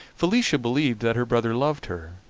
felicia believed that her brother loved her,